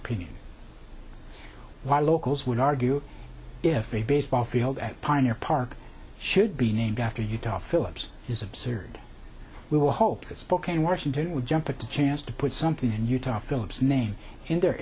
opinion while locals would argue if a baseball field at pioneer park should be named after utah phillips is absurd we will hope that spokane washington would jump at the chance to put something in utah phillips name in their